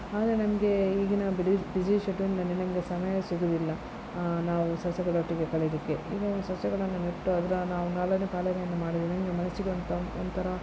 ಆದರೆ ನಮಗೆ ಈಗಿನ ಬಿಡು ಬಿಝಿ ಶೆಡ್ಯೂಲ್ನಲ್ಲಿ ನಮಗೆ ಸಮಯ ಸಿಗುವುದಿಲ್ಲ ನಾವು ಸಸ್ಯಗಳೊಟ್ಟಿಗೆ ಕಳೆಯಲಿಕ್ಕೆ ಈಗ ಸಸ್ಯಗಳನ್ನು ನೆಟ್ಟು ಅದರ ನಾವು ಲಾಲನೆ ಪಾಲನೆಯನ್ನು ಮಾಡಿದರೆ ಮನಸ್ಸಿಗೆ ಒಂದು ಒಂಥರ